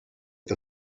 the